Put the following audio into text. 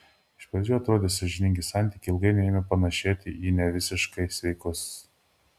iš pradžių atrodę sąžiningi santykiai ilgainiui ėmė panėšėti į nevisiškai sveikus